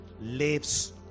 lives